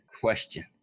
question